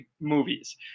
movies